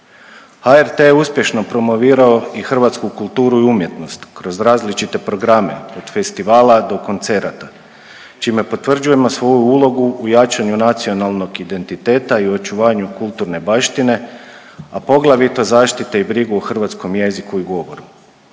HRT je uspješno promovirao i hrvatsku kulturu i umjetnost kroz različite programe, od festivala do koncerata, čime potvrđujemo svoju ulogu u jačanju nacionalnog identiteta i očuvanju kulturne baštine, a poglavito zaštite i brige u hrvatskom jeziku i govoru.